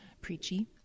preachy